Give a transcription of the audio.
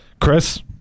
Chris